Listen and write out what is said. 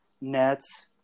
Nets